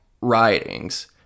writings